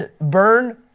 burn